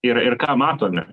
ir ir ką matome